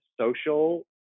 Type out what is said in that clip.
social